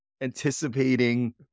anticipating